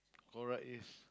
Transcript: correct is